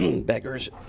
beggars